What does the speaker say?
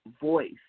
voice